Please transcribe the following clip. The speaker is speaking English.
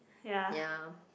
ya